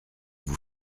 vous